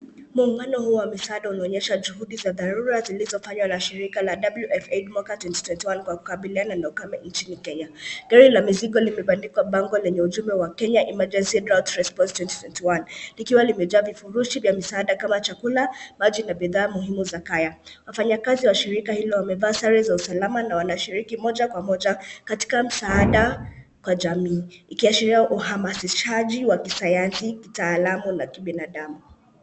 Muungano huu wa misaada unaonyesha juhudi za dharura zilizofanywa na shirika la WF mwaka wa 2021 kukabiliana na ukame nchini Kenya. Gari la mizigo limebandikwa bango lenye ujumbe wa Kenya Emergency Drought Response 2021 likiwa limejaa vifurushi vya msaada kama chakula, maji na bidhaa muhimu za kaya. Wafanyakazi wa shirika hilo wamevaa sare za usalama na wanashiriki moja kwa moja katika msaada kwa jamii ikiashiria uhamasishaji wa kisayansi, kitaalamu na kibinadamu.